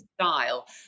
style